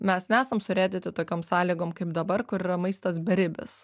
mes nesam surėdyti tokiom sąlygom kaip dabar kur yra maistas beribis